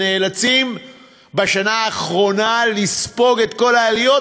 שנאלצים בשנה האחרונה לספוג את כל העליות,